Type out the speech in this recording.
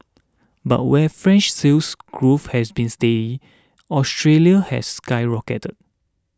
but where French Sales Growth has been steady Australia's has skyrocketed